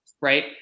Right